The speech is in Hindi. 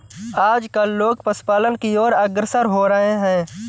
आजकल लोग पशुपालन की और अग्रसर हो रहे हैं